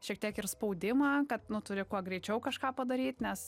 šiek tiek ir spaudimą kad nu turi kuo greičiau kažką padaryt nes